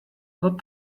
not